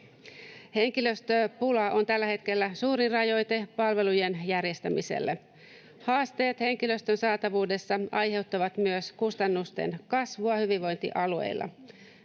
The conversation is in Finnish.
Henkilöstöpula on tällä hetkellä suuri rajoite palvelujen järjestämiselle. Haasteet henkilöstön saatavuudessa aiheuttavat myös kustannusten kasvua hyvinvointialueilla.